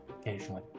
occasionally